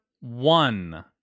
one